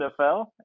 NFL